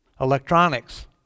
Electronics